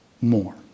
more